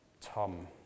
Tom